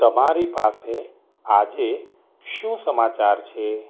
તમારી પાસે આજે શું સમાચાર છે